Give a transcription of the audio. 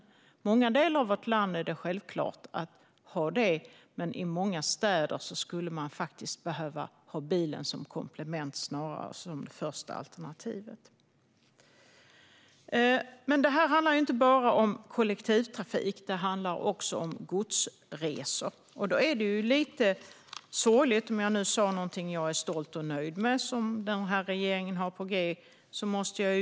I många delar av vårt land är det självklart att ha egen bil, men i många städer skulle man faktiskt behöva ha bilen som komplement snarare än som första alternativ. Det här handlar inte bara om kollektivtrafik utan också om godsresor. Om jag nyss sa att jag är stolt och nöjd över det som regeringen har på g är det här lite sorgligt.